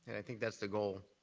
and i think that's the goal.